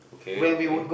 okay okay